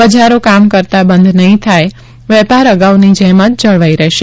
બજારો કામ કરતા બંધ નહીં થાય વેપાર અગાઉની જેમ જ જળવાઈ રહેશે